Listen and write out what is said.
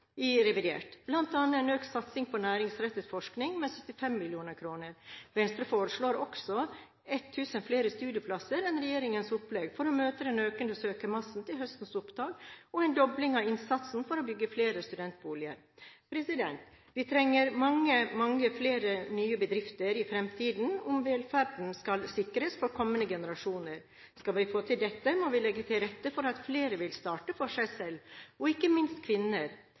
i revidert, bl.a. en økt satsing på næringsrettet forskning med 75 mill. kr. Venstre foreslår også 1 000 flere studieplasser enn regjeringens opplegg for å møte den økende søkermassen ved høstens opptak og en dobling av innsatsen for å bygge flere studentboliger. Vi trenger mange, mange flere nye bedrifter i fremtiden om velferden skal sikres for kommende generasjoner. Skal vi få til dette, må vi legge til rette for at flere vil starte for seg selv – ikke minst kvinner.